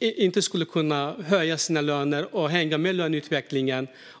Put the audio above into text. inte skulle kunna höja sina löner och hänga med i löneutvecklingen.